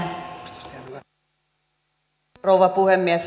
arvoisa rouva puhemies